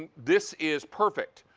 and this is perfect.